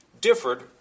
differed